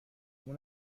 اون